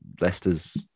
Leicester's